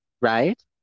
right